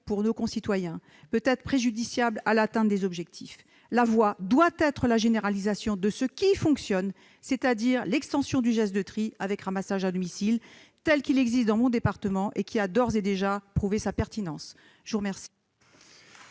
pour nos concitoyens peut être préjudiciable à l'atteinte des objectifs. La voie doit être la généralisation de ce qui fonctionne, c'est-à-dire l'extension du geste de tri avec ramassage à domicile, tel qu'il existe dans mon département et qui a d'ores et déjà prouvé sa pertinence. L'amendement